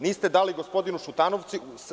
Niste dali gospodinu Šutanovcu.